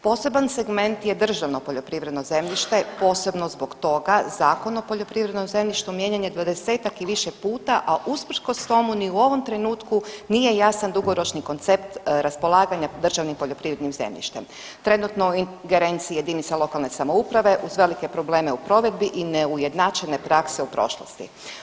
Poseban segment je državno poljoprivredno zemljište posebno zbog toga, Zakon o poljoprivrednom zemljištu mijenjan je 20-tak i više puta, a usprkos tomu ni u ovom trenutku nije jasan dugoročni koncept raspolaganja državnim poljoprivrednim zemljištem, trenutno u ingerenciji JLS uz velike probleme u provedbi i neujednačene prakse u prošlosti.